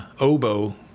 oboe